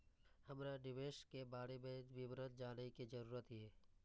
हमरा निवेश के बारे में विवरण जानय के जरुरत ये?